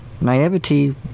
Naivety